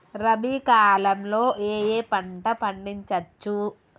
రబీ కాలంలో ఏ ఏ పంట పండించచ్చు?